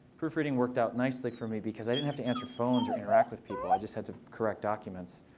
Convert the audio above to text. proofreading worked out nicely for me because i didn't have to answer phones or interact with people. i just had to correct documents.